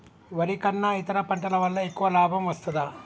వరి కన్నా ఇతర పంటల వల్ల ఎక్కువ లాభం వస్తదా?